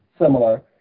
similar